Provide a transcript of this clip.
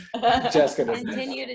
Jessica